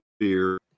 fear